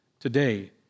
today